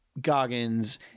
Goggins